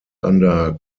under